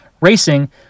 racing